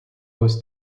was